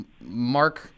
Mark